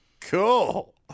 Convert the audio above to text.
Cool